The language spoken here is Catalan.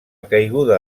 caiguda